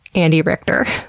andy richter,